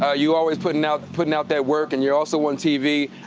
ah you're always puttin' out puttin' out that work. and you're also on tv.